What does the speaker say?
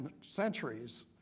centuries